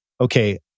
okay